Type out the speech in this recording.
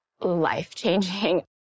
life-changing